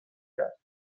کرد